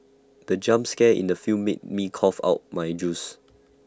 the jump scare in the film made me cough out my juice